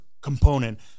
component